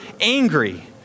angry